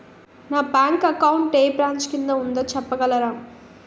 నా bank account ఏ branch కిందా ఉందో చెప్పగలరా?